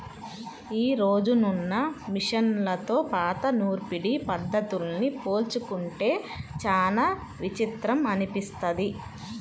యీ రోజునున్న మిషన్లతో పాత నూర్పిడి పద్ధతుల్ని పోల్చుకుంటే చానా విచిత్రం అనిపిస్తది